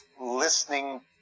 listening